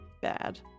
bad